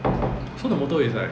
so the motor is like